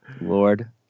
Lord